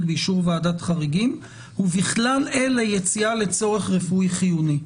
באישור ועדת חריגים ובכלל אלה יציאה לצורך רפואי חיוני.